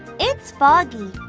it's foggy.